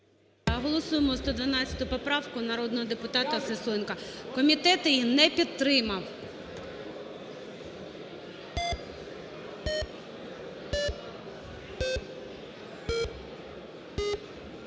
Голосуємо 112 поправку, народного депутата Сисоєнко. Комітет її не підтримав.